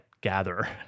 gather